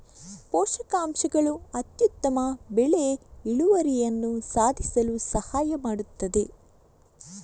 ಪೋಷಕಾಂಶಗಳು ಅತ್ಯುತ್ತಮ ಬೆಳೆ ಇಳುವರಿಯನ್ನು ಸಾಧಿಸಲು ಸಹಾಯ ಮಾಡುತ್ತದೆ